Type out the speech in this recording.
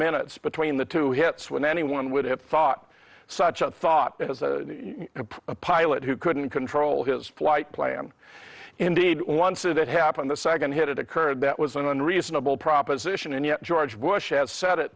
minutes between the two hits when anyone would have thought such a thought as a pilot who couldn't control his flight plan indeed once it happened the second hit occurred that was an unreasonable proposition and yet george bush has s